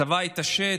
הצבא התעשת,